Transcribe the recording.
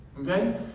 Okay